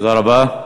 תודה רבה.